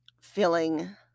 feeling